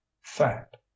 Fact